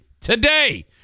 today